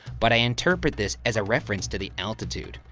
but i interpret this as a reference to the altitude.